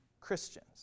Christians